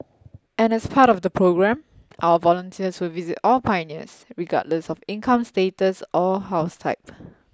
and as part of the programme our volunteers will visit all pioneers regardless of income status or house type